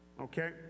Okay